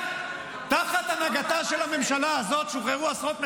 תחת הנהגתה של הממשלה הזאת שוחררו עשרות מחבלים.